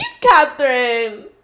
Catherine